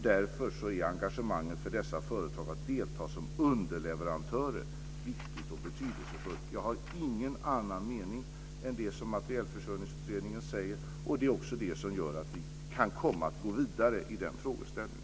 Därför är engagemanget för dessa företags deltagande som underleverantörer viktigt och betydelsefullt. Jag har ingen annan mening än den som Materielförsörjningsutredningen har. Det är också det som gör att vi kan komma att gå vidare i den frågeställningen.